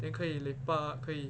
then 可以 lepak 可以